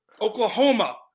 Oklahoma